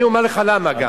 אני אומר לך גם למה,